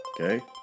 Okay